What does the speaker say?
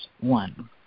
one